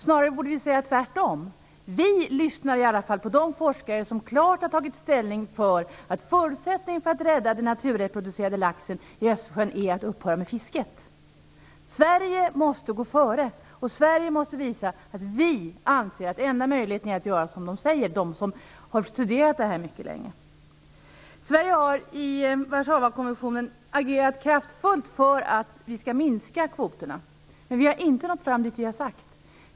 Vi borde snarare säga tvärtom. Vi lyssnar i alla fall på de forskare som klart har tagit ställning för att förutsättningen för att rädda den naturreproducerande laxen i Östersjön är att upphöra med fisket. Sverige måste gå före, och Sverige måste visa att vi anser att den enda möjligheten är att göra som de som har studerat detta mycket länge säger. I Warszawakommissionen har Sverige agerat kraftfullt för att vi skall minska kvoterna, men vi har inte nått fram dit vi har sagt.